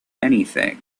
anything